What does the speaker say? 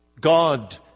God